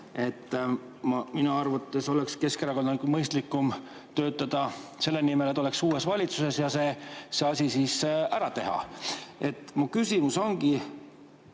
Minu arvates oleks Keskerakonnal mõistlikum töötada selle nimel, et te oleks uues valitsuses, ja see asi siis ära teha. Mul ongi